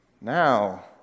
Now